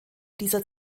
dieser